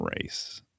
race